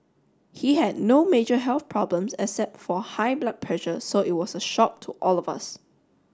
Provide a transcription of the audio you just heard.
he had no major health problems except for high blood pressure so it was a shock to all of us